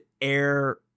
air